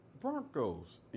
Broncos